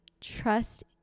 trust